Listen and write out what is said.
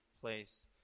place